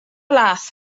lefrith